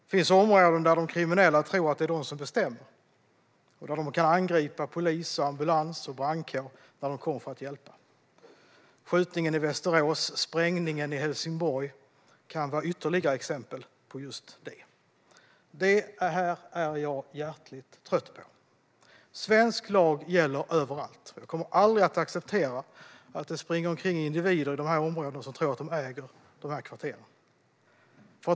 Det finns områden där det är de kriminella som bestämmer och där de kan angripa polis, ambulans och brandkår när dessa kommer för att hjälpa. Skjutningen i Västerås och sprängningen i Helsingborg kan vara ytterligare exempel på just det. Det här är jag hjärtligt trött på. Svensk lag gäller överallt. Jag kommer aldrig att acceptera att det springer omkring individer i de här områdena och tror att de äger kvarteren.